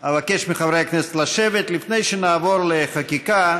לפני שנעבור לחקיקה,